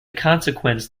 consequence